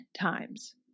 times